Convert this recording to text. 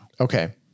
Okay